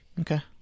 Okay